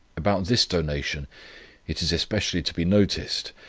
about this donation it is especially to be noticed,